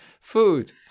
Food